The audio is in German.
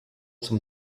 zum